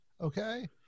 okay